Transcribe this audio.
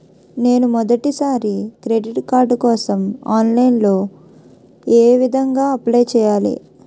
నేను మొదటిసారి credit card కోసం ఆన్లైన్ లో ఏ విధంగా అప్లై చేయాలి?